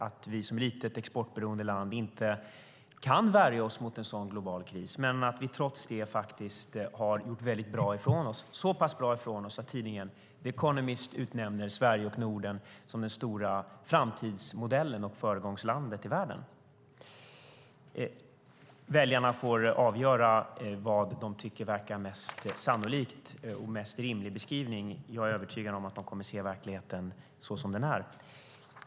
Vi kan som ett litet exportberoende land inte värja oss mot en sådan global kris. Trots det har vi gjort väldigt bra ifrån oss. Vi har gjort så pass bra ifrån oss att tidningen The Economist utnämner Sverige och Norden som den stora framtidsmodellen och föregångslandet i världen. Väljarna får avgöra vad de tycker verkar mest sannolikt och är en mer rimlig beskrivning. Jag är övertygad om att de kommer att se verkligheten så som den är.